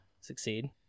Succeed